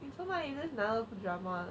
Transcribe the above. you just now you say drama